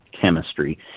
chemistry